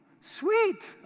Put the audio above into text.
Sweet